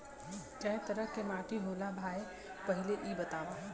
कै तरह के माटी होला भाय पहिले इ बतावा?